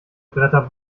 bretter